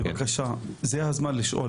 צחי, בבקשה, זה הזמן לשאול.